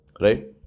Right